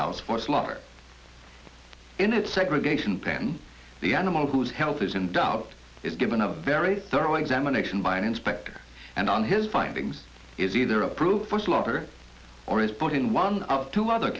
house for slaughter in its segregation pen the animal whose help is in doubt is given a very thorough examination by an inspector and on his findings is either approved for slaughter or is put in one out to other